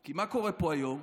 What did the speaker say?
כי מה קורה פה היום?